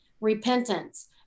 repentance